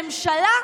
ממשלה,